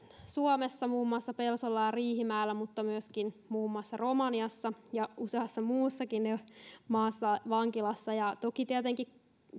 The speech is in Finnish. suomessa muun muassa pelsolla ja riihimäellä mutta myöskin muun muassa romaniassa ja useassa muussakin maassa toki tietenkin